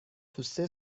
توسه